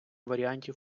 варіантів